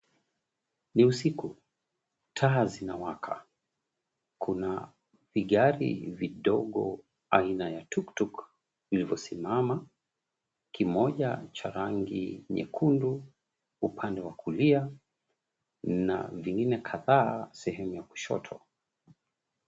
Ni usiku, taa zinawaka. Kuna vigari vidogo aina ya tuktuk vilivyosimama, kimoja cha rangi nyekundu upande wa kulia, na vingine kadhaa sehemu ya kushoto.